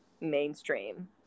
mainstream